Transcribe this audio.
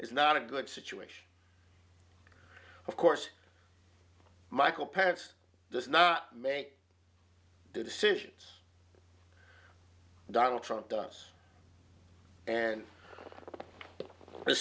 is not a good situation of course michael parents does not make decisions donald trump does and th